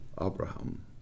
Abraham